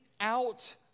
out